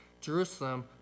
Jerusalem